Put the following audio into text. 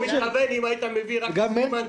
הוא מתכוון שאם היית מביא רק --- מנדטים